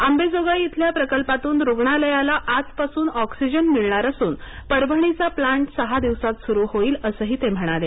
आबेजोगाई इथल्या प्रकल्पातून रुग्णालयाला आजपासून ऑक्सिजन मिळणार असून परभणीचा प्लांट सहा दिवसांत सुरू होईल असंही ते म्हणाले